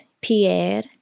Pierre